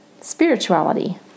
spirituality